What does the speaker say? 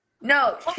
No